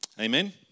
Amen